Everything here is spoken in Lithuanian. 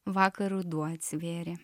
vakar ruduo atsivėrė